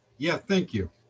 yeah. thank you.